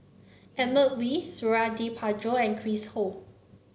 Edmund Wee Suradi Parjo and Chris Ho